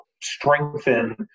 strengthen